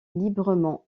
librement